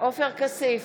עופר כסיף,